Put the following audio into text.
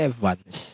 Evans